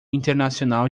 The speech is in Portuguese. internacional